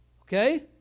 okay